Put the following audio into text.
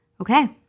Okay